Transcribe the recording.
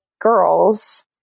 girls